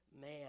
man